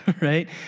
right